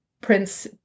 Prince